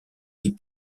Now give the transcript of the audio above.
qui